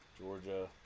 Georgia